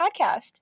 podcast